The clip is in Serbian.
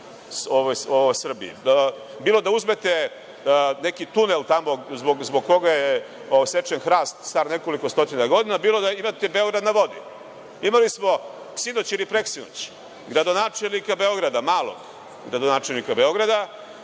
u Srbiji, bilo da uzmete neki tunel zbog koga je odsečen hrast star nekoliko stotina godina, bilo da imate „Beograd na vodi“.Imali smo sinoć ili preksinoć gradonačelnika Beograda Malog, gradonačelnika Beograda,